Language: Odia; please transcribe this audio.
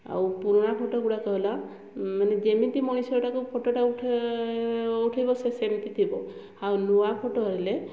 ଆଉ ପୁରୁଣା ଫଟୋ ଗୁଡ଼ାକ ହେଲା ମାନେ ଯେମିତି ମଣିଷଟାକୁ ଫଟୋଟା ଉଠା ଉଠାଇବ ସେ ସେମିତି ଥିବ ଆଉ ନୂଆ ଫଟୋ ହେଲେ